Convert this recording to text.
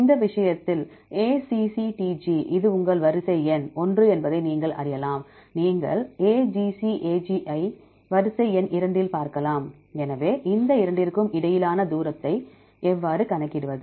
இந்த விஷயத்தில் ACCTG இது உங்கள் வரிசை எண் ஒன்று என்பதை அறியலாம் நீங்கள் AGCAG ஐ வரிசை எண் இரண்டில் பார்க்கலாம்